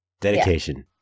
Dedication